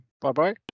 Bye-bye